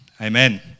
Amen